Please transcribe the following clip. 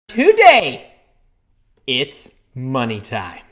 today it's money time.